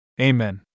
Amen